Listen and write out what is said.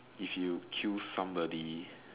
if you kill somebody